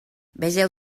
vegeu